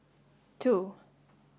two